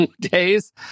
days